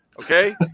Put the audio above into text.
okay